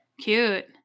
Cute